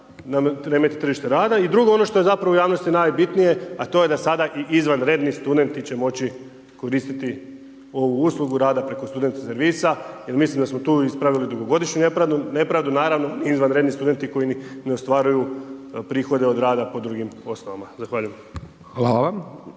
da remeti tržište rada. I drugo ono što je zapravo u javnosti najbitnije a to je da sada i izvanredni studenti će moći koristiti ovu uslugu rada preko student servisa jer mislim da smo tu ispravili dugogodišnju nepravdu. Naravno ni izvanredni studenti koji ne ostvaruju prihode od rada po drugim osnovama. Zahvaljujem. **Hajdaš